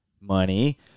Money